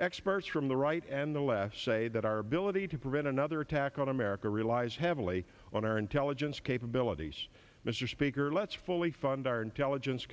experts from the right and the left say that our ability to prevent another attack on america relies heavily on our intelligence capabilities mr speaker let's fully fund our intelligence